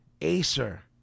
Acer